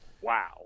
Wow